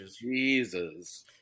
Jesus